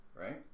right